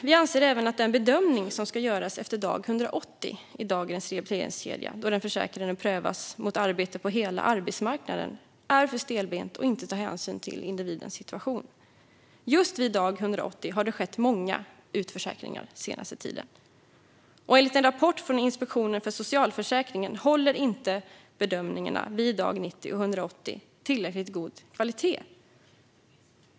Vi anser även att den bedömning som ska göras efter dag 180 i dagens rehabiliteringskedja, då den försäkrade prövas mot arbete på hela arbetsmarknaden, är för stelbent och inte tar hänsyn till individens situation. Just vid dag 180 har det skett många utförsäkringar den senaste tiden. Enligt en rapport från Inspektionen för socialförsäkringen håller inte bedömningarna vid dag 90 och dag 180 tillräckligt god kvalitet.